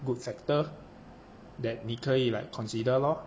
good factor that 你可以 like consider lor